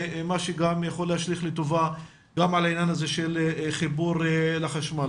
מה שגם יכול להשליך לטובה גם על העניין הזה של חיבור לחשמל.